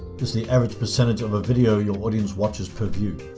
is the average percentage of a video your audience watches per view.